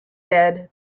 dead